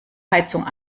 heizung